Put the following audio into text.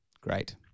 great